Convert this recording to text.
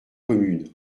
commune